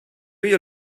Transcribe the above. you